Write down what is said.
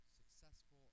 successful